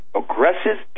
aggressive